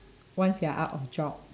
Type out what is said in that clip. once you are out of job